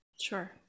Sure